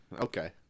Okay